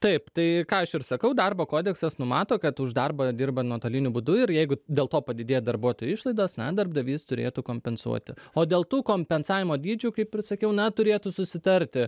taip tai ką aš ir sakau darbo kodeksas numato kad už darbą dirbant nuotoliniu būdu ir jeigu dėl to padidėja darbuotojų išlaidos na darbdavys turėtų kompensuoti o dėl tų kompensavimo dydžių kaip sakiau na turėtų susitarti